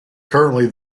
currently